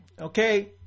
okay